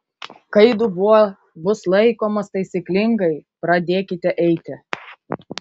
kai dubuo bus laikomas taisyklingai pradėkite eiti